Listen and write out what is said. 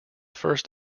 first